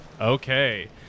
Okay